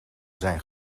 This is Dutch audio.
zijn